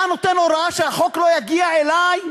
אתה נותן הוראה שהחוק לא יגיע אלי,